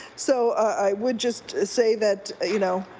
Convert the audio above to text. so i would just say that you know